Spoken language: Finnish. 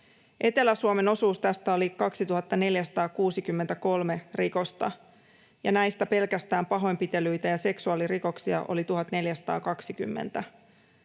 Etelä-Suomen osuus tästä oli 2 463 rikosta, ja näistä pelkästään pahoinpitelyitä ja seksuaalirikoksia oli 1 420.